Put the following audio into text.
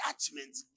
judgment